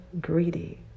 greedy